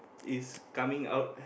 is coming out